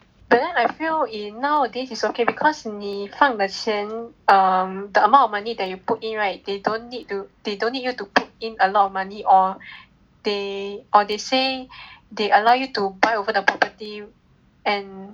ya but then I feel in nowadays is okay because 你放的钱 err the amount of money that you put in right they don't need you to they don't need you to put in a lot of money or they or they say they allow you to buy over the property and